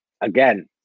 again